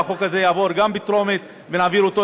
והחוק הזה יעבור בטרומית ונעביר אותו,